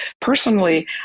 personally